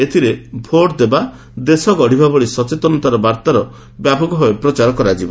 ଏଥିରେ 'ଭୋଟ ଦେବା ଦେଶ ଗଢ଼ିବା' ଭଳି ସଚେତନତା ବାର୍ତ୍ତାର ବ୍ୟାପକ ଭାବରେ ପ୍ରଚାର କରାଯିବ